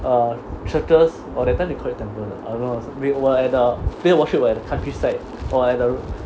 uh circles or that time they call it temple I don't know also we were worship at the countryside or at the